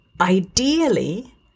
ideally